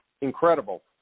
incredible